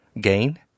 Gain